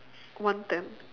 one ten